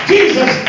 Jesus